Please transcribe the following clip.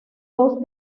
dos